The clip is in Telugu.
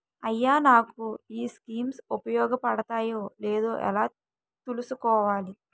అయ్యా నాకు ఈ స్కీమ్స్ ఉపయోగ పడతయో లేదో ఎలా తులుసుకోవాలి?